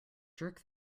jerk